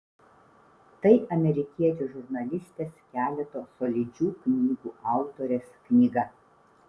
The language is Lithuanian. tai amerikiečių žurnalistės keleto solidžių knygų autorės knyga